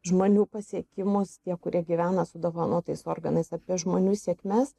žmonių pasiekimus tie kurie gyvena su dovanotais organais apie žmonių sėkmes